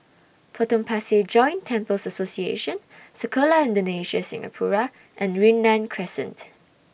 Potong Pasir Joint Temples Association Sekolah Indonesia Singapura and Yunnan Crescent